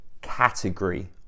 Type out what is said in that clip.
category